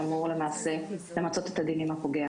שאמור למעשה למצות את הדין עם הפוגע.